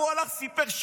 והוא הלך וסיפר למפכ"ל,